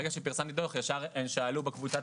וברגע שפרסמתי דו"ח הן ישר שאלו בקבוצת